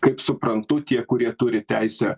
kaip suprantu tie kurie turi teisę